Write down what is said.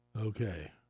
Okay